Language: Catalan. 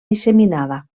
disseminada